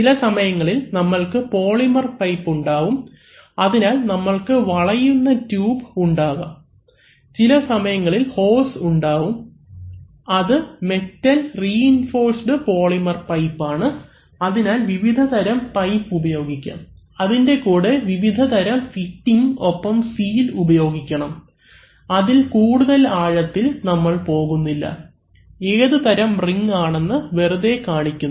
ചില സമയങ്ങളിൽ നമ്മൾക്ക് പോളിമർ പൈപ്പ് ഉണ്ടാവും അതിനാൽ നമ്മൾക്ക് വളയുന്ന ട്യൂബ് ഉണ്ടാക്കാം ചില സമയങ്ങളിൽ ഹോസ് ഉണ്ടാവും അത് മെറ്റൽ റീഇൻഫോഴ്സ്ഡ് പോളിമർ പൈപ്പ് ആണ് അതിനാൽ വിവിധതരം പൈപ്പ് ഉപയോഗിക്കാം അതിൻറെ കൂടെ വിവിധതരം ഫിറ്റിങ് ഒപ്പം സീൽ ഉപയോഗിക്കണം അതിൽ കൂടുതൽ ആഴത്തിൽ നമ്മൾ പോകുന്നില്ല ഏതുതരം റിങ്ങ് ആണെന്ന് വെറുതെ കാണിക്കുന്നു